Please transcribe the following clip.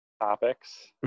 topics